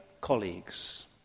colleagues